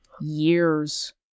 years